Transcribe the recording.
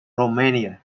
romania